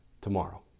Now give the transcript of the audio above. tomorrow